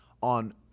on